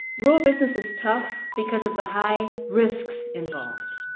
rural business is tough because of the high risk involved.